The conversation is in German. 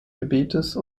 gebietes